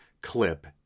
clip